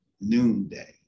noonday